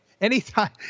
anytime